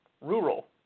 Rural